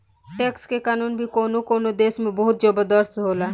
tax के कानून भी कवनो कवनो देश में बहुत जबरदस्त होला